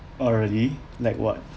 oh really like what